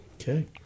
Okay